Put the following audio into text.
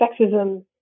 sexism